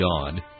God